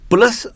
Plus